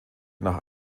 nach